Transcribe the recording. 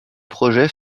projet